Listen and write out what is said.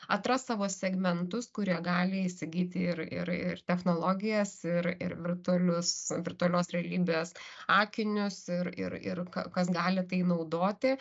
atras savo segmentus kurie gali įsigyti ir ir ir technologijas ir ir virtualius virtualios realybės akinius ir ir ir kas gali tai naudoti